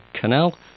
canal